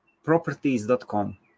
Properties.com